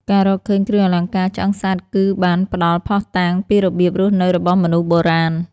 ការរកឃើញគ្រឿងអលង្ការឆ្អឹងសត្វ គឺបានផ្ដល់ភស្តុតាងពីរបៀបរស់នៅរបស់មនុស្សបុរាណ។